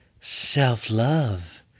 self-love